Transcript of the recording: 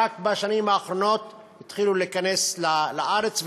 ורק בשנים האחרונות התחילו להיכנס לארץ.